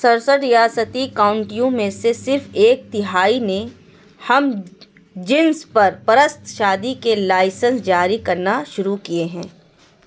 سڑسٹھ ریاستی کاؤنٹیوں میں سے صرف ایک تہائی نے ہم جنس پر پرست شادی کے لائسنس جاری کرنا شروع کیے ہیں